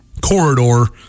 corridor